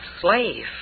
slave